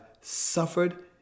suffered